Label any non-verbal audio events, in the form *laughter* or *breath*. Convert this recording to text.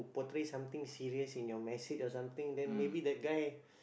portray something serious in your message or something then maybe that guy *breath*